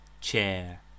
chair